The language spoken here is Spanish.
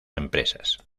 empresas